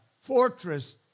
fortress